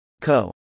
Co